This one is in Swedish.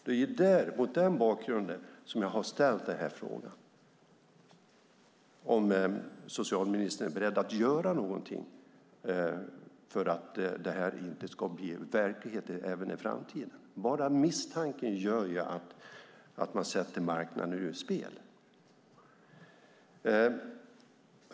Det är mot den bakgrunden jag har ställt frågan om socialministern är beredd att göra någonting för att det här inte ska vara verkligheten även i framtiden. Bara misstanken gör ju att man sätter marknaden ur spel.